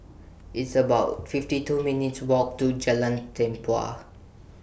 It's about fifty two minutes' Walk to Jalan Tempua